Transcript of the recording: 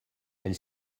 elle